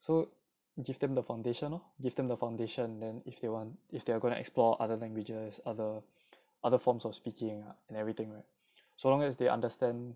so give them the foundation lor will give them the foundation then if you want if they are going to explore other languages other other forms of speaking and everything right so long as they understand